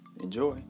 Enjoy